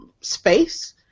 space